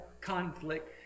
conflict